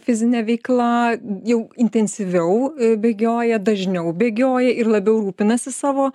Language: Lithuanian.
fizine veikla jau intensyviau bėgioja dažniau bėgioja ir labiau rūpinasi savo